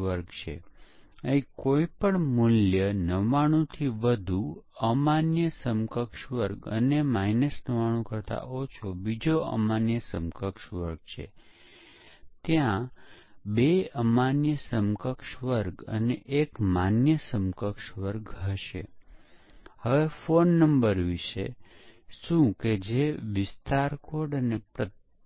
programme કોડમાં અમુક ખામી હોય તો તે સમીક્ષા મીટિંગ દરમિયાન પકડાય છે સ્પષ્ટીકરણ અને ડિઝાઈનમાં જે દોષ છે